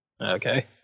Okay